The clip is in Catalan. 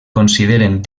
consideren